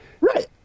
Right